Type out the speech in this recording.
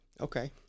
Okay